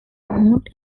moved